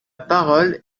parole